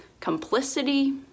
complicity